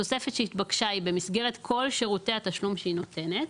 התוספת שהתבקשה היא: "במסגרת כל שירותי התשלום שהיא נותנת".